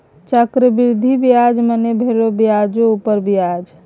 चक्रवृद्धि ब्याज मने भेलो ब्याजो उपर ब्याज